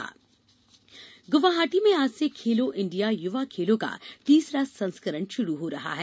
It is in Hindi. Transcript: खेलो इंडिया गुवाहाटी में आज से खेलो इंडिया युवा खेलों का तीसरा संस्करण शुरू हो रहा है